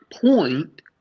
point